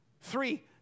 Three